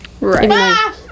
Right